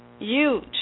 huge